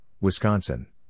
Wisconsin